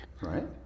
Right